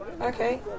okay